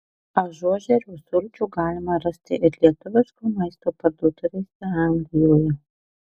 ažuožerių sulčių galima rasti ir lietuviško maisto parduotuvėse anglijoje